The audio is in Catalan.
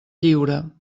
lliure